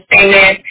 amen